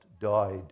died